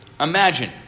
Imagine